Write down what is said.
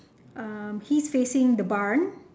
uh he's facing the barn